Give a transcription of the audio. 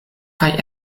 kaj